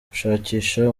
gushakisha